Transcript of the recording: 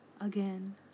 Again